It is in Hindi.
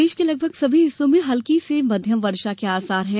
प्रदेश के लगभग सभी हिस्सों में हल्की से मध्य वर्षा के आसार है